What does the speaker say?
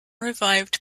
revived